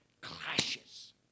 clashes